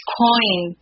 coin